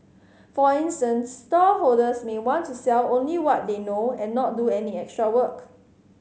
for instance stallholders may want to sell only what they know and not do any extra work